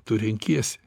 tu renkiesi